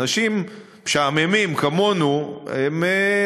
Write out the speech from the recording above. אנשים משעממים כמונו הם,